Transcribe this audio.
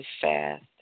fast